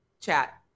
chat